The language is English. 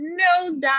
nosedive